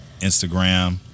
Instagram